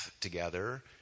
together